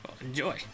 enjoy